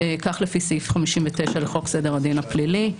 כך לפי סעיף 59 לחוק סדר הדין הפלילי.